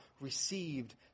received